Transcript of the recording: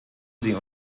sie